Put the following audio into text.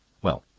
well,